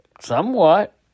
somewhat